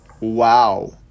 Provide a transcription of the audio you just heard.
Wow